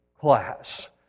class